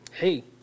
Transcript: Hey